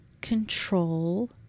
Control